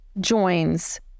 joins